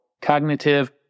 Cognitive